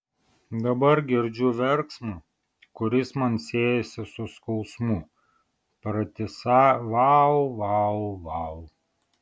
dabar girdžiu verksmą kuris man siejasi su skausmu pratisą vau vau vau